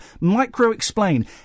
micro-explain